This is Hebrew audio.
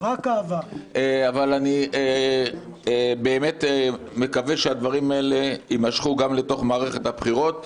אני באמת מקווה שהדברים האלה יימשכו גם לתוך מערכת הבחירות,